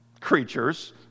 creatures